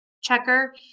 checker